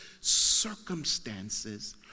circumstances